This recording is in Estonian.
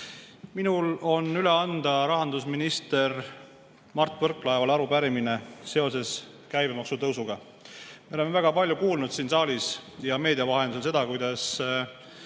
Minul on üle anda rahandusminister Mart Võrklaevale arupärimine käibemaksu tõusu kohta. Me oleme väga palju kuulnud siin saalis ja meedia vahendusel seda, kuidas